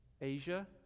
Asia